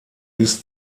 ist